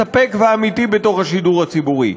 מספק ואמיתי בתוך השידור הציבורי,